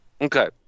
Okay